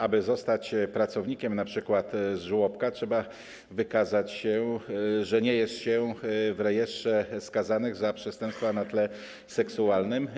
Aby zostać pracownikiem np. żłobka, trzeba wykazać, że nie jest się w rejestrze skazanych za przestępstwa na tle seksualnym.